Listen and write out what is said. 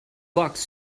bucks